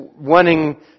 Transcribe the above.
wanting